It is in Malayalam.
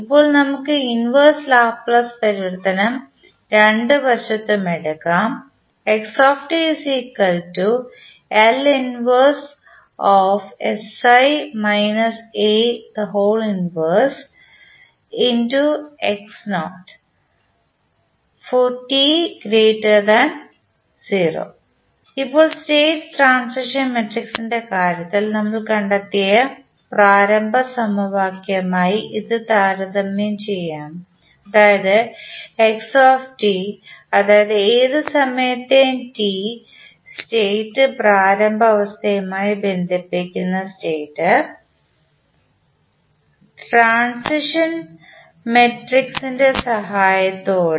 ഇപ്പോൾ നമുക്ക് ഇൻവെർസ് ലാപ്ലേസ് പരിവർത്തനം രണ്ട് വശത്തും എടുക്കാം ഇപ്പോൾ സ്റ്റേറ്റ് ട്രാന്സിഷൻ മാട്രിക്സിൻറെ കാര്യത്തിൽ നമ്മൾ കണ്ടെത്തിയ പ്രാരംഭ സമവാക്യവുമായി ഇത് താരതമ്യം ചെയ്യാം അതായത് x അതായത് ഏത് സമയത്തെയും സ്റ്റേറ്റ് പ്രാരംഭ അവസ്ഥയുമായി ബന്ധപ്പെട്ടിരിക്കുന്നു സ്റ്റേറ്റ് ട്രാൻസിഷൻ മാട്രിക്സിൻറെ സഹായത്തോടെ